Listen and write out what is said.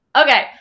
Okay